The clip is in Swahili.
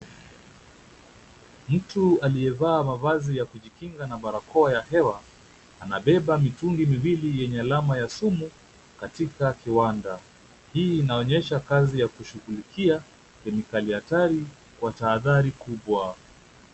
Mtu aliyevaa mavazi ya kujikinga na barakoa ya hewa, anabeba mitungi miwili yenye alama ya sumu katika kiwanda. Hii inaonyesha kazi ya kushughulikia kemikali hatari kwa tahadhari kubwa.